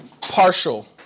partial